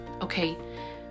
Okay